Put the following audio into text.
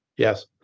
Yes